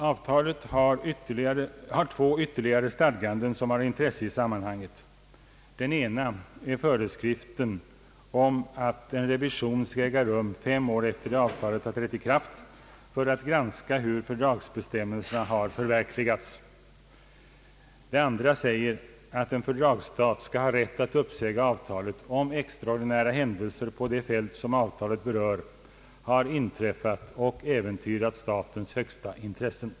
Avtalet har två yiterligare stadganden som har intresse i sammanhanget. Det ena är föreskriften om att en revision skall äga rum fem år efter det avtalet trätt i kraft för att granska hur fördragsbestämmelserna har förverkligats. Det andra är att en fördragsstat skall ha rätt att uppsäga avtalet om extraordinära händelser på det fält som avtalet berör, har inträffat och äventyrat statens högsta intresse.